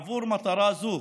עבור מטרה זו